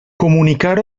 comunicar